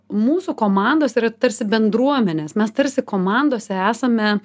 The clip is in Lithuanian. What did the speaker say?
mūsų komandos yra tarsi bendruomenės mes tarsi komandose esame